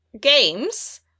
games